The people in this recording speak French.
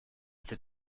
sait